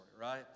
right